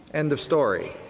end of story.